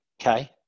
Okay